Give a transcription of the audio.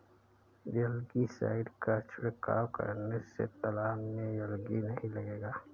algae side का छिड़काव करने से तालाब में एलगी नहीं लगेगा